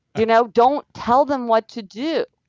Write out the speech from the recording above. you know don't tell them what to do.